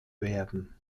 werden